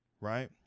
right